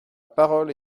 parole